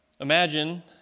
Imagine